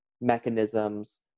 mechanisms